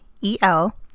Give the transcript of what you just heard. E-L